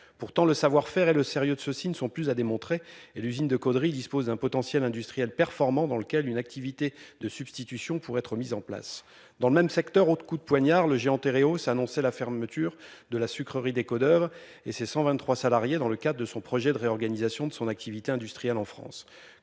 Pourtant, le savoir-faire et le sérieux de ceux-ci ne sont plus à démontrer et l'usine de Caudry dispose d'un potentiel industriel performant dans lequel une activité de substitution pour être mises en place dans le même secteur. Autre coup de poignard le j'ai enterré hausse a annoncé la fermeture de la sucrerie décodeur et ses 123 salariés dans le cadre de son projet de réorganisation de son activité industrielle en France,